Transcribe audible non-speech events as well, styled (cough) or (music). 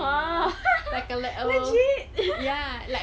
!wah! (laughs) legit (laughs)